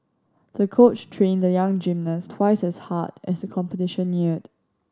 the coach trained the young gymnast twice as hard as the competition neared